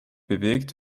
bewegt